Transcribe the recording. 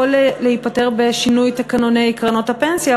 יכול להיפתר בשינוי תקנוני קרנות הפנסיה,